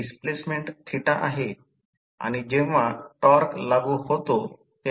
regulation formula वापरुन त्यानुसार हे उत्तर मिळत नाही परंतु त्याचे निराकरण केले जाते